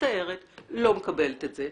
מצטערת לא מקבלת את זה.